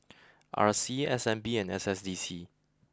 R C S N B and S S D C